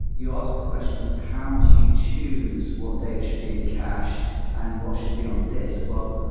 you asked the question ah how do you choose what data should be in cache and and what should be on disk. well,